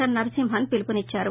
L Narasimhan పిలుపునిచ్చారు